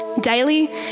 Daily